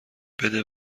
بده